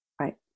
Right